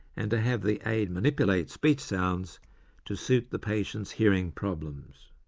and to have the aid manipulate speech sounds to suit the patient's hearing problems.